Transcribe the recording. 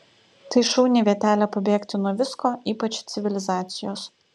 tai šauni vietelė pabėgti nuo visko ypač civilizacijos